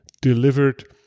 delivered